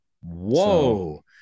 whoa